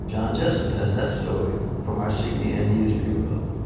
john jessup has that story from our cbn news bureau.